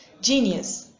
genius